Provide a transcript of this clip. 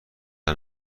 این